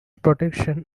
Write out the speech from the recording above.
protection